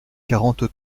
quarante